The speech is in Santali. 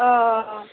ᱳᱚ